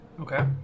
Okay